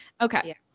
Okay